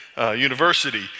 University